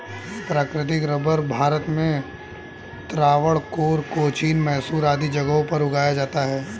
प्राकृतिक रबर भारत में त्रावणकोर, कोचीन, मैसूर आदि जगहों पर उगाया जाता है